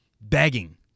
begging